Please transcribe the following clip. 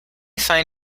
find